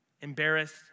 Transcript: embarrassed